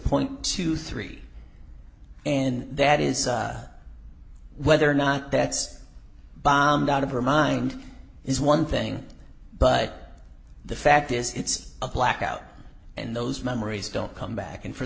point two three and that is whether or not that's bombed out of her mind is one thing but the fact is it's a blackout and those memories don't come back and for